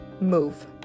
move